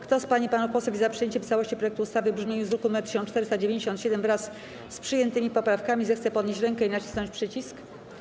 Kto z pań i panów posłów jest za przyjęciem w całości projektu ustawy w brzmieniu z druku nr 1497, wraz z przyjętymi poprawkami, zechce podnieść rękę i nacisnąć przycisk.